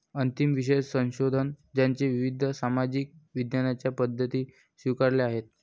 अंतिम विषय संशोधन ज्याने विविध सामाजिक विज्ञानांच्या पद्धती स्वीकारल्या आहेत